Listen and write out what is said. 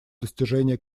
достижения